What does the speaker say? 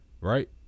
Right